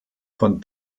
von